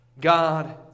God